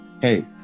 Hey